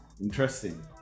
Interesting